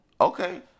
Okay